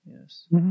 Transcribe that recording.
yes